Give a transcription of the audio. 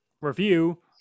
review